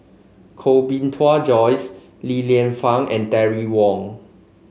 Koh Bee Tuan Joyce Li Lienfung and Terry Wong